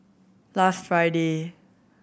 last Friday